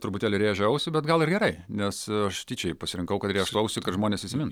truputėlį rėžia ausį bet gal ir gerai nes aš tyčia jį pasirinkau kad rėžtų ausį kad žmonės įsimin